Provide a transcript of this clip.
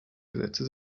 gesetze